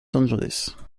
angeles